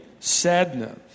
Sadness